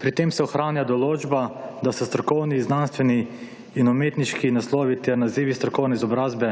Pri tem se ohranja določba, da se strokovni, znanstveni in umetniški naslovi ter nazivi strokovne izobrazbe